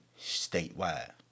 statewide